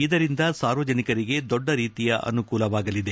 ಇದರಿಂದ ಸಾರ್ವಜನಿಕರಿಗೆ ದೊಡ್ಡ ರೀತಿಯ ಅನುಕೂಲವಾಗಲಿದೆ